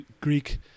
Greek